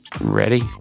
Ready